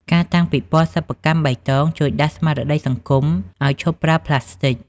ការតាំងពិព័រណ៍សិប្បកម្មបៃតង ជួយដាស់ស្មារតីសង្គមឱ្យឈប់ប្រើផ្លាស្ទិក។